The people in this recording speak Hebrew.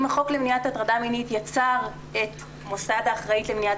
אם החוק למניעת הטרדה מינית יצר את מוסד האחראית למניעת